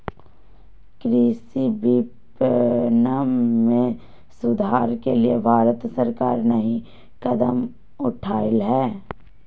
कृषि विपणन में सुधार के लिए भारत सरकार नहीं क्या कदम उठैले हैय?